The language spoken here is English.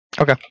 Okay